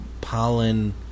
pollen